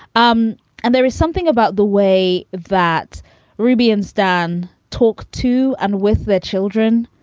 um and there is something about the way that ruby and stan talk to and with their children.